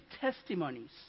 testimonies